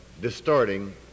distorting